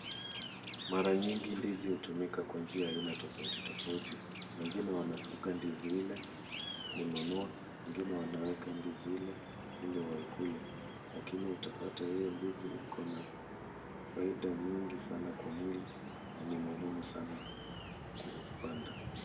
Mara nyingi ndizi hutumika kwa njia ya aina tofauti tofauti. Wengine wanafunga ndizi ile kununua, wengine wanaweka ndizi ile ili waikule lakini utapata hiyo ndizi ikona faida nyingi sana kwa mwili na ni muhimu sana kuupanda.